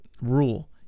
rule